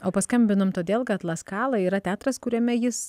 o paskambinom todėl kad la scala yra teatras kuriame jis